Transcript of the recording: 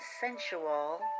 sensual